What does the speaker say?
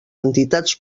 entitats